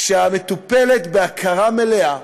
כשמטופלת בהכרה מלאה,